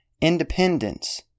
independence